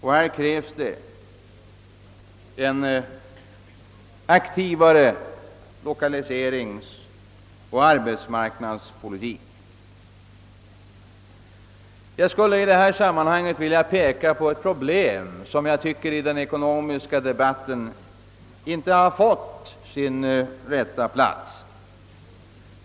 Här krävs en aktivare lokaliseringsoch arbetsmarknadspolitik. Jag skulle i detta sammanhang vilja peka på ett problem, som enligt min mening inte fått sin rätta plats i den ekonomiska debatten.